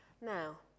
Now